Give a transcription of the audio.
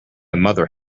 mother